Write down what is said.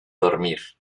dormir